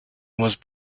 was